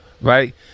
right